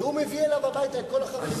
והוא מביא אליו הביתה את כל החברים שלו,